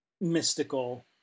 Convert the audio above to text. mystical